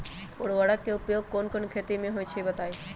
उर्वरक के उपयोग कौन कौन खेती मे होई छई बताई?